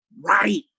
Right